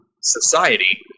society